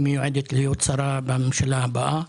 שמיועדת להיות שרה בממשלה הבאה,